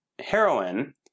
Heroin